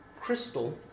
crystal